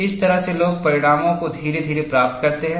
इस तरह से लोग परिणामों को धीरे धीरे प्राप्त करते हैं